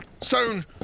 Stone